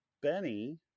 benny